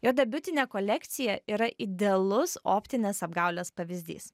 jo debiutinė kolekcija yra idealus optinės apgaulės pavyzdys